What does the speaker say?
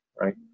right